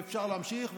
ואפשר להמשיך,